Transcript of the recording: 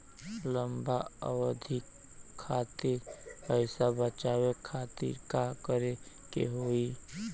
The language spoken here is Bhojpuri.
लंबा अवधि खातिर पैसा बचावे खातिर का करे के होयी?